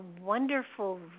wonderful